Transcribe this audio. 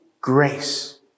grace